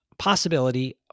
possibility